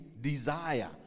desire